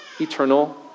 eternal